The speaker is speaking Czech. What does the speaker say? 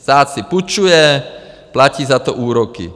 Stát si půjčuje, platí za to úroky.